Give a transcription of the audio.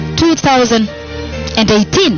2018